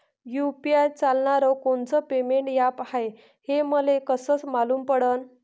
UPI चालणारं कोनचं payment app हाय, हे मले कस मालूम पडन?